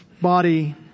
body